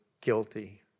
guilty